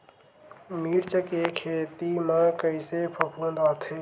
मिर्च के खेती म कइसे फफूंद आथे?